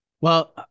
Well-